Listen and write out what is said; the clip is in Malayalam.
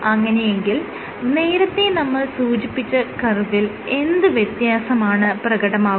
അങ്ങനെയെങ്കിൽ നേരത്തെ നമ്മൾ സൂചിപ്പിച്ച കർവിൽ എന്ത് വ്യത്യാസമാണ് പ്രകടമാകുക